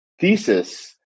thesis